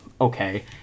okay